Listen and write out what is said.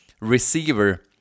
receiver